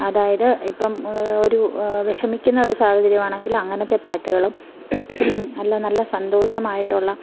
അതായത് ഇപ്പം ഒരു വിഷമിക്കുന്ന ഒര് സാഹചര്യമാണെങ്കില് അങ്ങനത്തെ പാട്ടുകളും അല്ലേൽ നല്ല സന്തോഷമായിട്ടുള്ള